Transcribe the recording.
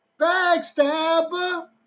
Backstabber